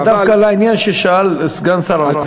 אבל, לא, אבל דווקא על העניין ששאל סגן שר האוצר.